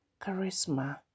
Charisma